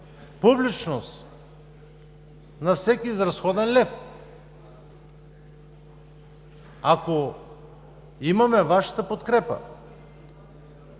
публичност за всеки изразходен лев! Ако имаме Вашата подкрепа